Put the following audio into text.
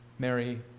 Mary